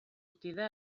sortida